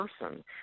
person